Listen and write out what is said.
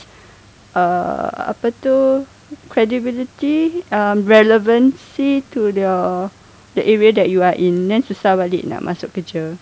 uh apa itu credibility um relevancy to the the area that you are in then susah balik nak masuk kerja